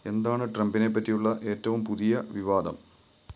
എന്താണ് ട്രംപിനെപ്പറ്റിയുളള ഏറ്റവും പുതിയ വിവാദം